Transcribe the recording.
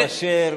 יעקב אשר,